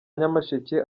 nyamasheke